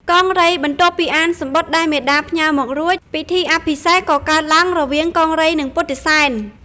កង្រីបន្ទាប់ពីអានសំបុត្រដែលមាតាផ្ញើមករួច ពិធីអភិសេកក៏កើតឡើងរវាងកង្រីនិងពុទ្ធិសែន។